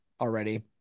already